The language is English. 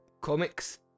comics